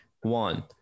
One